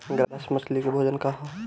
Grass मछली के भोजन का ह?